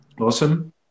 Awesome